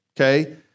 Okay